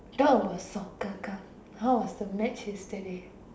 talk about soccer come how was the match yesterday